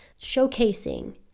showcasing